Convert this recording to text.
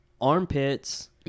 armpits